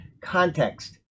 context